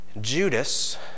Judas